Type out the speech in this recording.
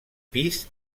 pis